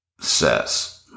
says